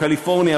קליפורניה,